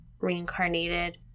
reincarnated